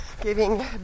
giving